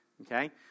Okay